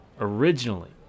originally